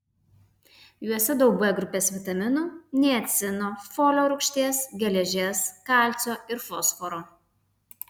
juose daug b grupės vitaminų niacino folio rūgšties geležies kalcio ir fosforo